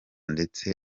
ndetse